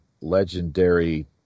legendary